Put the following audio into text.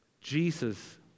Jesus